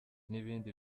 n’ibindi